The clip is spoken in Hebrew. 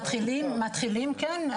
כן,